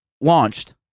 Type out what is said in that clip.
launched